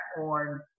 on